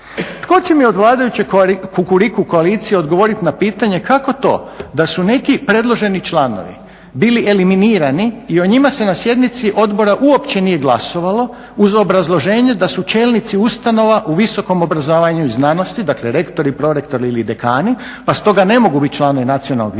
Tko će mi od vladajuće Kukuriku koalicije odgovoriti na pitanje kako to da su neki predloženi članovi bili eliminirani i o njima se na sjednici odbora uopće nije glasovalo uz obrazloženje da su čelnici ustanova u visokom obrazovanju i znanosti, dakle rektori, prorektori ili dekani, pa stoga ne mogu biti članovi Nacionalnog vijeća,